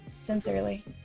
Sincerely